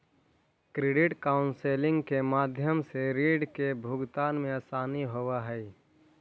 credit counselling के माध्यम से रीड के भुगतान में असानी होवऽ हई